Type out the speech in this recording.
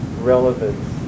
relevance